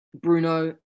Bruno